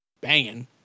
banging